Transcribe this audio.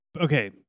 okay